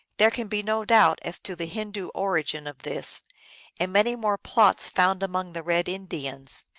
there can be no doubt as to the hindoo origin of this and many more plots found among the red indians.